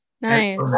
nice